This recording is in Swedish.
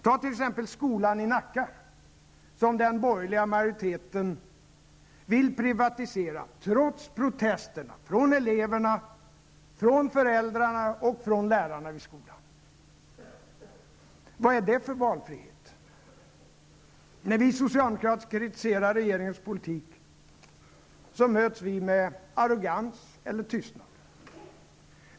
Ta t.ex. skolan i Nacka som den borgerliga majoriteten vill privatisera, trots protester från eleverna, föräldrarna och lärarna vid skolan. Vad är det för valfrihet? När vi socialdemokrater kritiserar regeringens politik möts vi med arrogans eller tystnad.